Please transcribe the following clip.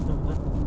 betul betul